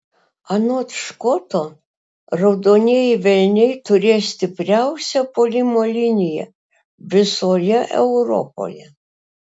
anot škoto raudonieji velniai turės stipriausią puolimo liniją visoje europoje